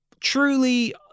truly